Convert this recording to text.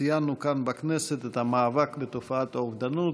ציינו כאן בכנסת את המאבק בתופעת האובדנות,